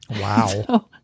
wow